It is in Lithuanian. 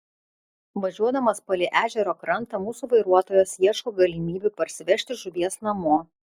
važiuodamas palei ežero krantą mūsų vairuotojas ieško galimybių parsivežti žuvies namo